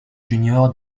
junior